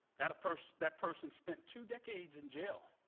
that person that person spent two decades in jail.